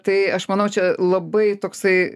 tai aš manau čia labai toksai